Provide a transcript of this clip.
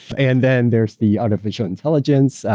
and then there's the artificial intelligence.